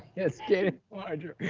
it's getting larger.